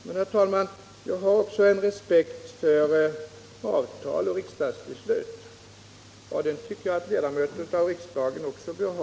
Men, herr talman, jag har samtidigt respekt för avtal och riksdagsbeslut, och det tycker jag att alla ledamöter av riksdagen bör ha.